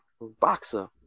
boxer